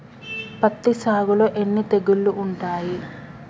పత్తి సాగులో ఎన్ని తెగుళ్లు ఉంటాయి?